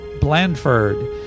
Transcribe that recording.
Blandford